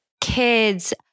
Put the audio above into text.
kids